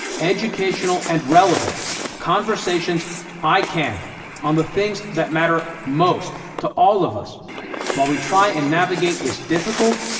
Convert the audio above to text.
educational and relevant conversations i can on the things that matter most to all of us while we try and navigate this difficult,